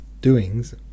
doings